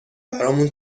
برامون